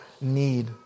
need